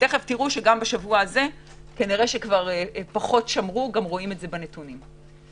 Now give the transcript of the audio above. גם השבוע הזה כנראה שפחות שמרו גם רואים את זה בנתונים.